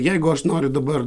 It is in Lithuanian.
jeigu aš noriu dabar